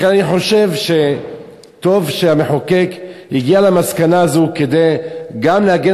לכן אני חושב שטוב שהמחוקק הגיע למסקנה הזאת כדי גם להגן